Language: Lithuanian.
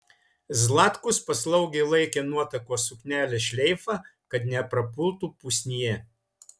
zlatkus paslaugiai laikė nuotakos suknelės šleifą kad neprapultų pusnyje